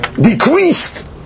Decreased